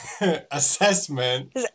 assessment